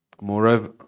Moreover